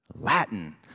Latin